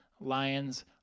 Lions